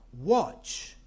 watch